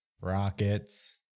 rockets